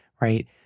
right